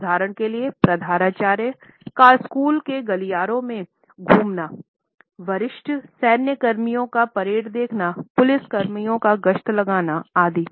उदाहरण के लिए प्रधानाचार्य का स्कूल के गलियारे में घूमनावरिष्ठ सैन्य कर्मियों का परेड देखनापुलिसकर्मियों का गश्त लगाना आदि